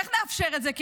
איך נאפשר את זה?